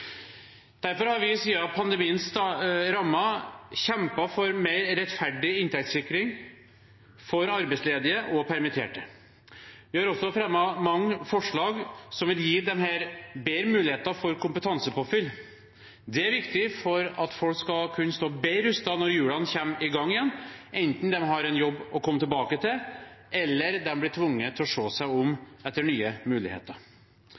inntektssikring for arbeidsledige og permitterte. Vi har også fremmet mange forslag som vil gi disse bedre muligheter for kompetansepåfyll. Det er viktig for at folk skal kunne stå bedre rustet når hjulene kommer i gang igjen, enten de har en jobb å komme tilbake til, eller de blir tvunget til å se seg om etter nye muligheter.